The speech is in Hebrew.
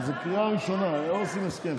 זו קריאה ראשונה, לא עושים הסכם.